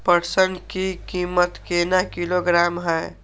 पटसन की कीमत केना किलोग्राम हय?